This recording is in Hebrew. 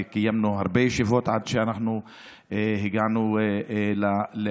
וקיימנו הרבה ישיבות עד שהגענו להסכמה,